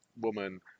woman